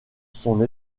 son